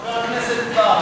חבר הכנסת בר,